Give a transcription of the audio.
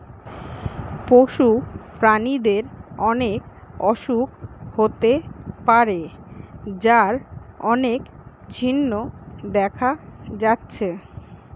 পশু প্রাণীদের অনেক অসুখ হতে পারে যার অনেক চিহ্ন দেখা যাচ্ছে